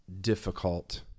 difficult